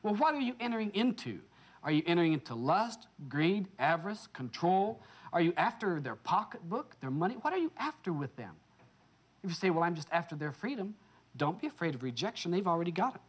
well what are you entering into are you entering into lust green avarice control are you after their pocketbook their money what are you after with them you say well i'm just after their freedom don't be afraid of rejection they've already got